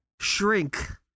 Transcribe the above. shrink